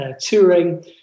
touring